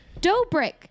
Dobrik